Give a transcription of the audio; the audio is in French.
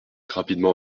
rapidement